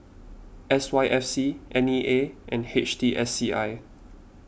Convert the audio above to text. S Y F C N E A and H T S C I